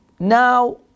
Now